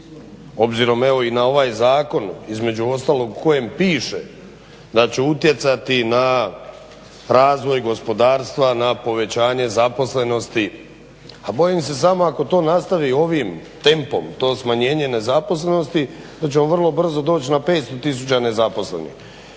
obzirom evo i na ovaj zakon između ostalog u kojem piše da će utjecati na razvoj gospodarstva, na povećanje zaposlenosti, a bojim se samo ako to nastavi ovim tempom, to smanjenje nezaposlenosti da ćemo vrlo brzo doći na 500 tisuća nezaposlenih.